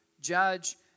judge